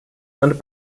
and